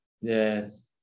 Yes